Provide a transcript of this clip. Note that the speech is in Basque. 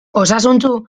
osasuntsu